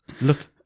Look